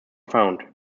found